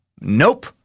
Nope